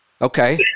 Okay